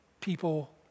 People